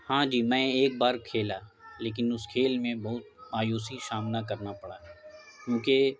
ہاں جی میں ایک بار کھیلا لیکن اس کھیل میں بہت مایوسیی سامنا کرنا پڑا کیونکہ